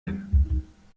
hin